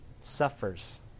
suffers